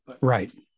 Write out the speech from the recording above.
Right